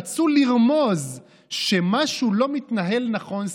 רצו לרמוז שמשהו לא מתנהל נכון,